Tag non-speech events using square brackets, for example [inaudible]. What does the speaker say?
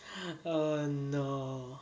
[noise] oh no